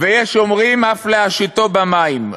ויש אומרים: אף להשיטו במים.